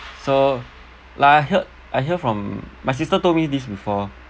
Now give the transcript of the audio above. so like I heard I heard from my sister told me this before